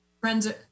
friends